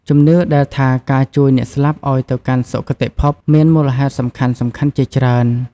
ជំនឿដែលថាការជួយអ្នកស្លាប់ឲ្យទៅកាន់សុគតិភព មានមូលហេតុសំខាន់ៗជាច្រើន។